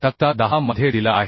तक्ता 10 मध्ये दिला आहे